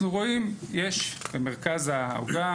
אנחנו רואים מה שיש במרכז העוגה,